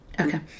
Okay